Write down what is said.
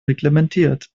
reglementiert